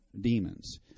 demons